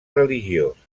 religiós